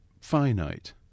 finite